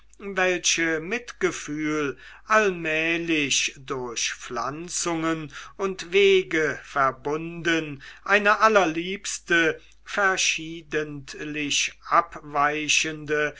welche mit gefühl allmählich durch pflanzungen und wege verbunden eine allerliebste verschiedentlich abweichende